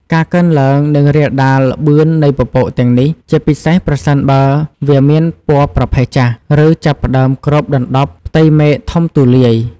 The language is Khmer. ការកើនឡើង និងរាលដាលលឿននៃពពកទាំងនេះ ជាពិសេសប្រសិនបើវាមានពណ៌ប្រផេះចាស់ ឬចាប់ផ្តើមគ្របដណ្តប់ផ្ទៃមេឃធំទូលាយ។